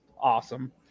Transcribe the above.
awesome